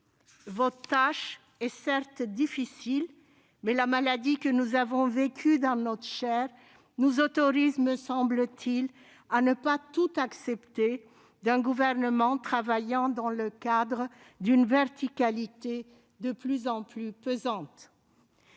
Votre tâche est certes difficile, mais la maladie que nous avons vécue dans notre chair nous autorise, me semble-t-il, à ne pas tout accepter d'un gouvernement pratiquant une verticalité de plus en plus pesante.